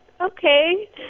Okay